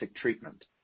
treatment